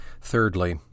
Thirdly